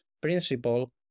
principle